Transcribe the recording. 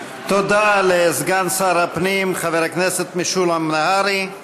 תודה לסגן שר הפנים חבר הכנסת משולם נהרי.